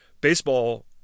baseball